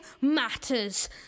matters